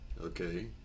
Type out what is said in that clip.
okay